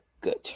good